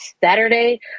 Saturday